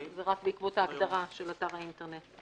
זה רק בעקבות ההגדרה של אתר האינטרנט.